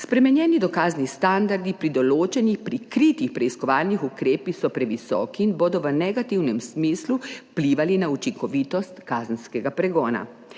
Spremenjeni dokazni standardi pri določenih prikritih preiskovalnih ukrepih so previsoki in bodo v negativnem smislu vplivali na učinkovitost kazenskega pregona.